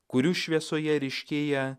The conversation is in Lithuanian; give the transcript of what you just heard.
kurių šviesoje ryškėja